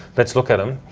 let's look at them,